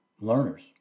learners